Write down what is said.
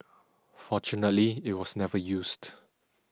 fortunately it was never used